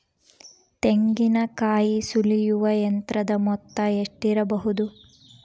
ತೆಂಗಿನಕಾಯಿ ಸುಲಿಯುವ ಯಂತ್ರದ ಮೊತ್ತ ಎಷ್ಟಿರಬಹುದು?